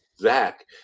Zach